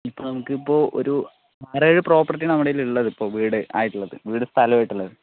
ഇപ്പോൾ നമുക്ക് ഇപ്പോൾ ഒരു ആറ് ഏഴ് പ്രോപ്പർട്ടി നമ്മടേലുള്ളത് ഇപ്പോൾ വീട് ആയിട്ടുള്ളത് വീടും സ്ഥലവുമായിട്ടുള്ളത്